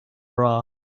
bra